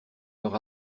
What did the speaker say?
leur